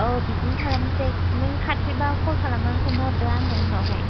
औ बिदिनो खालामनोसै नों खाथिबा कल खालामनानै खोन्थाहरदो आंनो उनावहाय